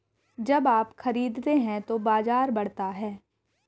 जब आप खरीदते हैं तो बाजार बढ़ता है